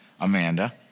Amanda